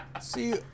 See